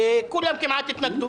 וכמעט כולם התנגדו